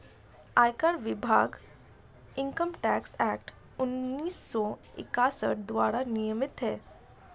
आयकर विभाग income tax act उन्नीस सौ इकसठ द्वारा नियमित है